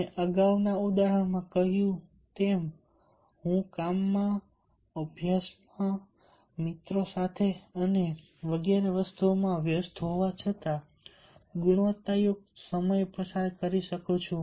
મેં અગાઉના ઉદાહરણમાં કહ્યું તેમ હું કામમાં અભ્યાસમાં મિત્રો સાથે અને વગેરેમાં વ્યસ્ત હોવા છતાં ગુણવત્તાયુક્ત સમય પસાર કરી શકું છું